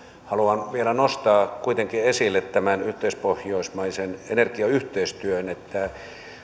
haluan vielä nostaa kuitenkin esille tämän yhteispohjoismaisen energiayhteistyön